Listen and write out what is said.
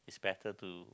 better to